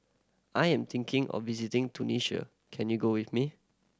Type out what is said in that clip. I am thinking of visiting Tunisia can you go with me